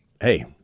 hey –